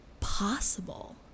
Possible